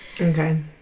okay